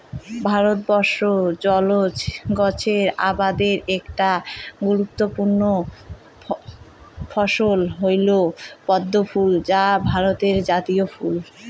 ভারতবর্ষত জলজ গছের আবাদের একটা গুরুত্বপূর্ণ ফছল হইল পদ্মফুল যা ভারতের জাতীয় ফুল